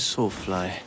Sawfly